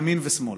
ימין ושמאל,